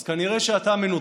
אז כנראה שאתה מנותק.